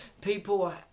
people